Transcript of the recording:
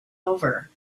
over